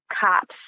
cops